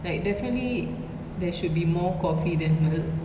like definitely there should be more coffee than milk